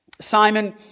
Simon